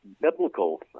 biblical